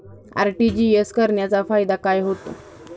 RTGS करण्याचा फायदा काय होतो?